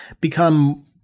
become